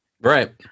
Right